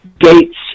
gates